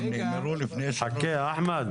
נאמרו כבר לפני --- אחמד,